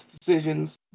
decisions